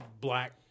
black